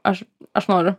aš aš noriu